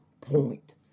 point